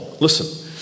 Listen